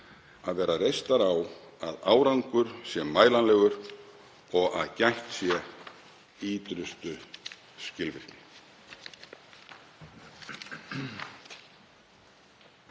að vera reistar á að árangur sé mælanlegur og að gætt sé ýtrustu skilvirkni.